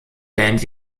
band